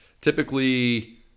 typically